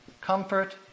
comfort